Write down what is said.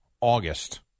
August